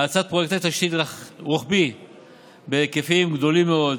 האצת פרויקטי תשתית רחבים בהיקפים גדולים מאוד